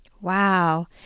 Wow